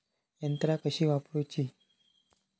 यंत्रा कशी वापरूची?